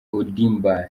ondimba